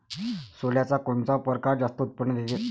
सोल्याचा कोनता परकार जास्त उत्पन्न देते?